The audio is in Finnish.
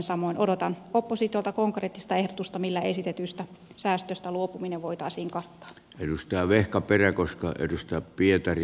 odotan oppositiolta konkreettista ehdotusta millä esitetyistä säästöistä luopuminen voitaisiin kattaa pyhtää vehkaperä koska yhdistää pietari